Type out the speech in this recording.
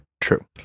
True